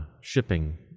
shipping